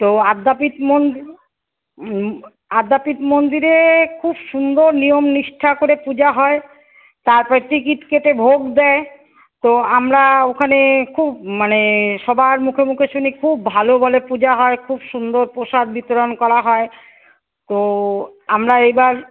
তো আদ্যাপীঠ মোন আদ্যাপীঠ মন্দিরে খুব সুন্দর নিয়ম নিষ্ঠা করে পূজা হয় তারপরে টিকিট কেটে ভোগ দেয় তো আমরা ওখানে খুব মানে সবার মুখে মুখে শুনি খুব ভালো বলে পূজা হয় খুব সুন্দর প্রসাদ বিতরণ করা হয় তো আমরা এইবার